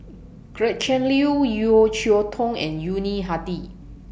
Gretchen Liu Yeo Cheow Tong and Yuni Hadi